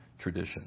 tradition